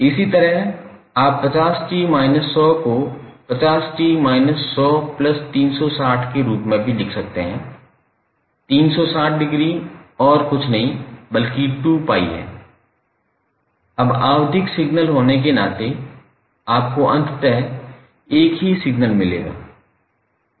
इसी तरह आप 50t 100 को 50t 100360 के रूप में भी लिख सकते हैं 360 डिग्री और कुछ नहीं बल्कि 2𝜋 है एक आवधिक सिग्नल होने के नाते आपको अंततः एक ही सिग्नल मिलेगा